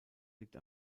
liegt